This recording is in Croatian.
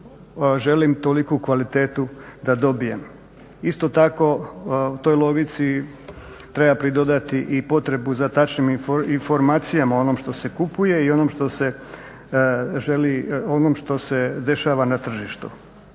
želim toliku kvalitetu da dobijem. Isto tako u toj logici treba pridodati i potrebu za točnim informacijama onom što se kupuje i onom što se dešava na tržištu.